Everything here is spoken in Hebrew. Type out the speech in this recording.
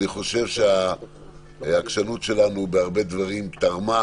אני חושב שהעקשנות שלנו בהרבה דברים תרמה